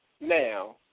now